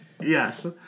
Yes